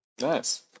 Nice